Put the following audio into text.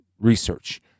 research